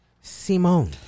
Simone